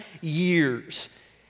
years